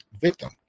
victim